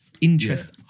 interest